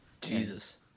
Jesus